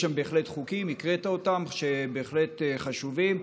יש שם חוקים, הקראת אותם, שהם בהחלט חשובים,